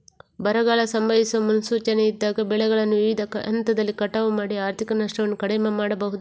ಬರಗಾಲ ಸಂಭವಿಸುವ ಮುನ್ಸೂಚನೆ ಇದ್ದಾಗ ಬೆಳೆಗಳನ್ನು ವಿವಿಧ ಹಂತದಲ್ಲಿ ಕಟಾವು ಮಾಡಿ ಆರ್ಥಿಕ ನಷ್ಟವನ್ನು ಕಡಿಮೆ ಮಾಡಬಹುದೇ?